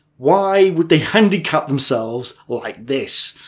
why would they handicap themselves like this?